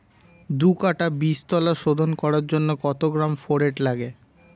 দু কাটা বীজতলা শোধন করার জন্য কত গ্রাম ফোরেট লাগে?